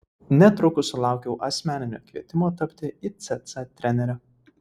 netrukus sulaukiau asmeninio kvietimo tapti icc trenere